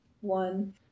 One